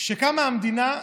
כשקמה המדינה,